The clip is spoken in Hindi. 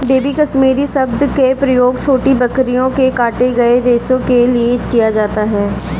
बेबी कश्मीरी शब्द का प्रयोग छोटी बकरियों के काटे गए रेशो के लिए किया जाता है